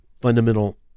fundamental